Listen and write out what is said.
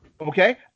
Okay